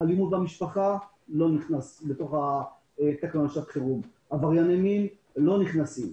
אלימות במשפחה לא נכנסו לתקנות לשעת חירום; עברייני מין לא נכנסים,